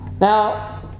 Now